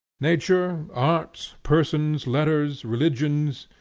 nature, art, persons, letters, religions,